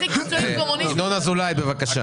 ינון אזולאי בבקשה.